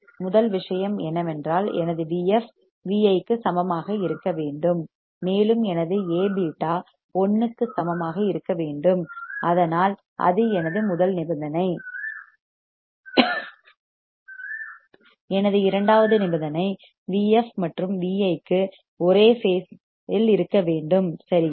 முதல் விஷயம் என்னவென்றால் எனது Vf Vi க்கு சமமாக இருக்க வேண்டும் மேலும் எனது Aβ 1 க்கு சமமாக இருக்க வேண்டும் அதனால் அது எனது முதல் நிபந்தனை எனது இரண்டாவது நிபந்தனை Vf மற்றும் Vi க்கு ஒரே பேஸ் phase இல் இருக்க வேண்டும் சரியா